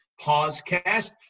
Pausecast